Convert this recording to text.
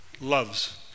loves